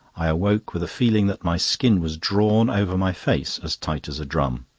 i awoke with a feeling that my skin was drawn over my face as tight as a drum.